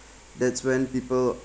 that's when people